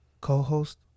co-host